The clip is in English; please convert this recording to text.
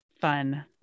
fun